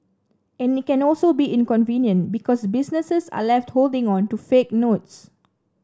and it can also be inconvenient because businesses are left holding on to fake notes